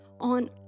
on